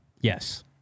Yes